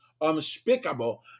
unspeakable